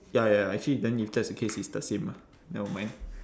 ya ya ya actually then if that's the case it's the same ah never mind